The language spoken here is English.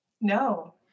No